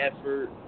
effort